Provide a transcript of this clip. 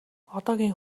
одоогийн